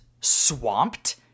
swamped